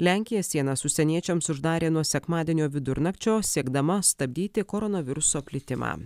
lenkija sienas užsieniečiams uždarė nuo sekmadienio vidurnakčio siekdama stabdyti koronaviruso plitimą